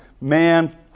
man